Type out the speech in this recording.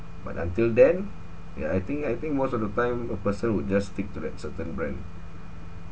but until then yeah I think I think most of the time a person would just stick to that certain brand